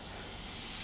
I go first